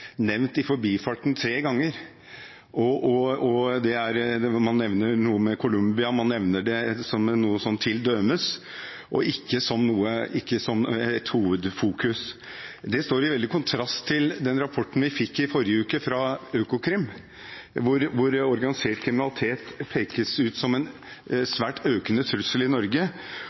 nevnt i forbifarten tre ganger. Man nevner noe med Columbia, og man nevner det som noe «til dømes» og ikke som et hovedfokus. Det står i veldig kontrast til den rapporten fra Økokrim som vi fikk i forrige uke, hvor organisert kriminalitet pekes ut som en svært økende trussel i Norge,